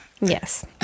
yes